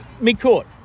Mid-court